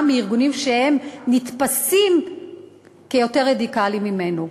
מארגונים שנתפסים כיותר רדיקליים ממנו.